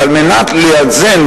ועל מנת לאזן,